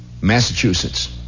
Massachusetts